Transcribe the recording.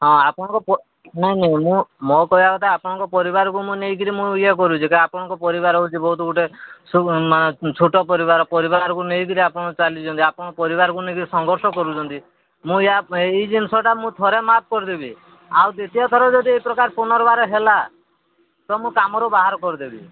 ହଁ ଆପଣଙ୍କ ନାଇଁ ନାଇଁ ମୁଁ ମୋ କହିବା କଥା ଆପଣଙ୍କ ପରିବାରକୁ ମୁଁ ନେଇକରି ମୁଁ ଇଏ କରୁଛି ଆପଣଙ୍କ ପରିବାର ହେଉଛି ବହୁତ ଗୋଟେ ମାନେ ଛୋଟ ପରିବାର ପରିବାରକୁ ନେଇକରି ଆପଣ ଚାଲିଛନ୍ତି ଆପଣଙ୍କ ପରିବାରକୁ ନେଇକରି ସଂଘର୍ଷ କରୁଛନ୍ତି ମୁଁ ୟେ ଏଇ ଜିନିଷଟା ମୁଁ ଥରେ ମାପ କରିଦେବି ଆଉ ଦ୍ୱିତୀୟ ଥର ଯଦି ଏଇ ପ୍ରକାର ପୁନର୍ବାର ହେଲା ତ ମୁଁ କାମରୁ ବାହାର କରିଦେବି